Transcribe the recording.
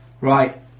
right